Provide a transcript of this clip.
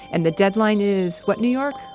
and the deadline is what, new york?